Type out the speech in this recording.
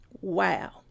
Wow